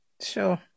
Sure